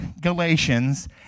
Galatians